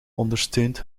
ondersteunt